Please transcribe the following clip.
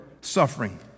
suffering